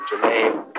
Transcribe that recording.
Jermaine